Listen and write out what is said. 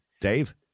Dave